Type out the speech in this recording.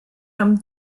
amb